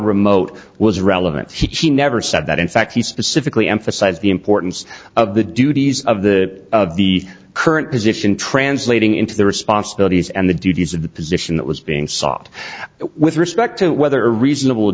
remote was relevant he never said that in fact he specifically emphasized the importance of the duties of the of the current position translating into the responsibilities and the duties of the position that was being sought with respect to whether a reasonable